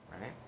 right